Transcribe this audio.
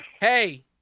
Hey